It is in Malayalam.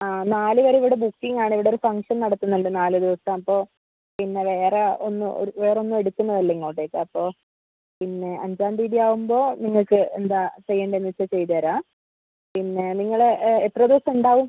ആ നാല് വരെ ഇവിടെ ബുക്കിംഗ് ആണ് ഇവിടെ ഒരു ഫംഗ്ഷൻ നടത്തുന്നുണ്ട് നാല് ദിവസം അപ്പോൾ പിന്നെ വേറെ ഒന്നും വേറെ ഒന്നും എടുക്കുന്നുമില്ല ഇങ്ങോട്ടേക്ക് അപ്പോൾ പിന്നെ അഞ്ചാം തീയതി ആവുമ്പോൾ നിങ്ങൾക്ക് എന്താണ് ചെയ്യേണ്ടത് എന്നുവെച്ചാൽ ചെയ്തുതരാം പിന്നെ നിങ്ങൾ എത്ര ദിവസം ഉണ്ടാവും